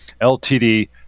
Ltd